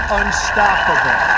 unstoppable